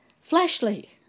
fleshly